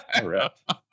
Correct